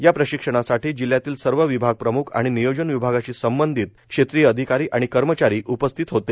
या प्रशिक्षणासाठी जिल्ह्यातील सर्व विभाग प्रम्ख आणि नियोजन विभागाशी संवंधित क्षेत्रीय अधिकारी आणि कर्मचारी उपस्थित होते